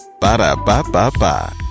Ba-da-ba-ba-ba